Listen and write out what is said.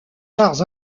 arts